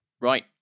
Right